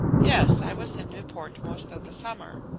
yes, i was in newport most of the summer.